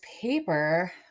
paper